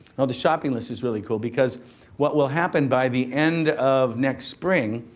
the shopping list is really cool because what will happen by the end of next spring,